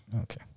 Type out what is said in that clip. Okay